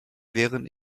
während